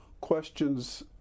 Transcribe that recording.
questions